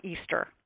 Easter